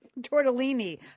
tortellini